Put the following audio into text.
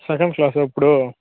second క్లాసా ఇప్పుడు